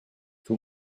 two